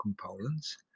components